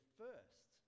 first